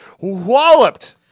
walloped